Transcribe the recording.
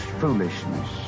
foolishness